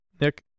Nick